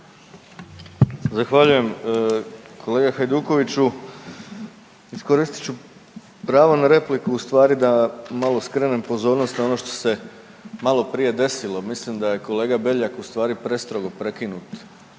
Zahvaljujem. Kolega Hajdukoviću iskoristit ću pravo na repliku ustvari da malo skrenem pozornost na ono što se malo prije desilo. Mislim da je kolega Beljak ustvari prestrogo prekinut